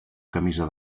camisa